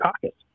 caucus